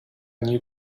new